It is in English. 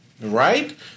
right